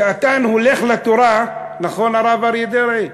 כשאתה הולך לתורה, נכון, הרב אריה דרעי?